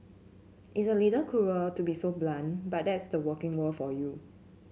it's a little cruel to be so blunt but that's the working world for you